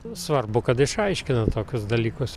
svarbu kad išaiškina tokius dalykus